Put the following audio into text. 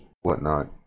whatnot